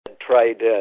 tried